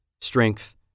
strength